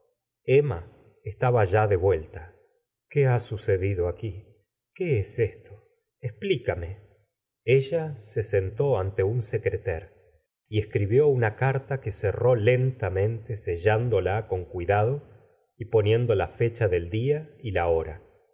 emma estaba ya de vuelta gustavo flaubert qué ha sucedido aqui qué es esto explicame ella se sentó ante un secreter y escribió una carta que cerró lentamente sellándola con cuidado y poniendo la fecha del día y la hora